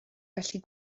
gallu